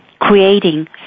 creating